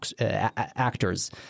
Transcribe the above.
actors